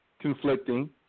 conflicting